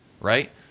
right